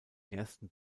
ersten